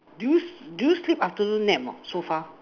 do you do you sleep afternoon nap or not so far